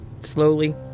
Slowly